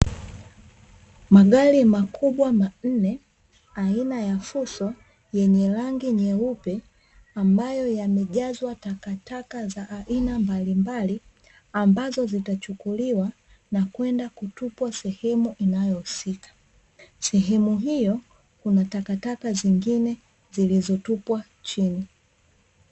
Magari makubwa manne aina ya fuso yenye rangi nyeupe, ambayo yamejazwa takataka za aina mbalimbali ambazo zitachukuliwa na kwenda kutupwa sehemu inayohusika. Sehemu hiyo kuna takataka zingine zilizotupwa chini.